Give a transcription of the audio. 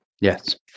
Yes